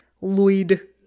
Lloyd